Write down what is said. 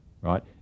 right